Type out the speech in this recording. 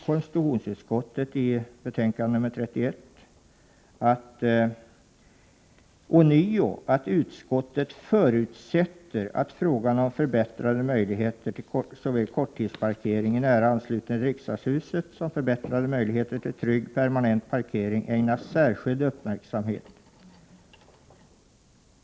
Konstitutionsutskottet säger i sitt betänkande nr 31: ”Utskottet förutsätter att frågan om förbättrade möjligheter till såväl korttidsparkering i nära anslutning till riksdagshuset som förbättrade möjligheter till trygg permanent parkering ägnas särskild uppmärksamhet.